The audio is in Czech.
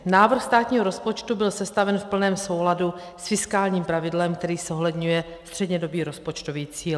Návrh státního rozpočtu byl sestaven v plném souladu s fiskálním pravidlem, který zohledňuje střednědobý rozpočtový cíl.